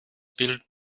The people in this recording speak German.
bild